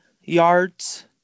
yards